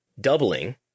doubling